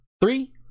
three